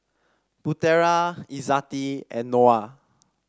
Putera Izzati and Noah